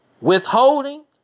withholding